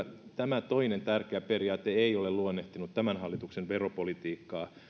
tämä toinen tärkeä periaate ikävä kyllä ei ole luonnehtinut tämän hallituksen veropolitiikkaa